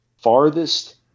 farthest